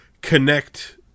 connect